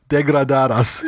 Degradadas